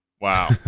Wow